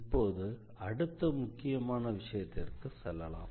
இப்போது அடுத்த முக்கியமான விஷயத்திற்கு செல்லலாம்